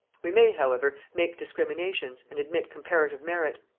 we may however make discriminations, and admit comparative merit.